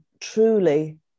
truly